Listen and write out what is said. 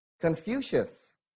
Confucius